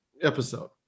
episode